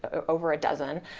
ah over a dozen,